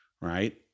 right